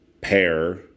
Pair